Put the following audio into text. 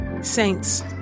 Saints